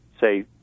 say